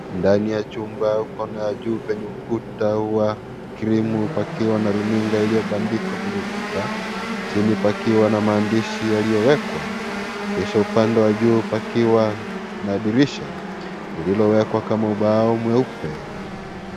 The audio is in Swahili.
Ndani ya chumba kona ya juu penye ukuta wa krimu pakiwa na runinga iliyo bandikwa kwenye ukuta, chini pakiwa na maandishi yaliyowekwa, kisha upande wa juu pakiwa na dirisha, lililo wekwa kama ubao mweupe.